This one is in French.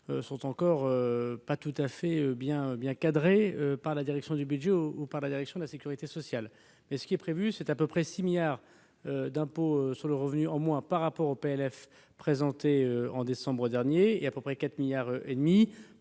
pas encore pas tout à fait bien cadrée par la direction du budget ou par la direction de la sécurité sociale, mais il est prévu près de 6 milliards d'euros d'impôt sur le revenu en moins par rapport au PLF présenté en décembre dernier et environ 4,5 milliards d'euros